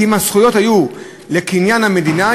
כי אם הזכויות היו לקניין המדינה,